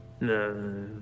No